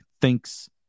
thinks